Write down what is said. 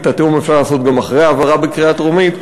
כי את התיאום אפשר לעשות גם אחרי ההעברה בקריאה טרומית.